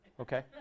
Okay